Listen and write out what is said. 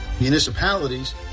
municipalities